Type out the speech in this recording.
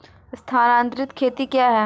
स्थानांतरित खेती क्या है?